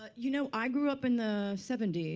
ah you know i grew up in the seventy